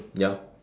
ya